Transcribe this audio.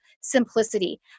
simplicity